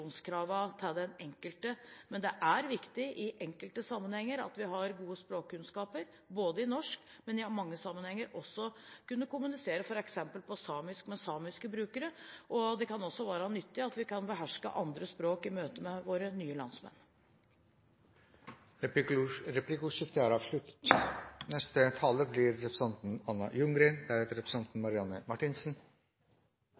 kvalifikasjonskravene til den enkelte. Det er i enkelte sammenhenger viktig at vi har gode språkkunnskaper i norsk, men i mange sammenhenger er det også viktig å kunne kommunisere f.eks. på samisk med samiske brukere. Det kan også være nyttig at vi kan beherske andre språk i møte med våre nye landsmenn. Replikkordskiftet er